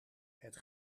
het